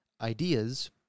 ideas